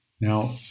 Now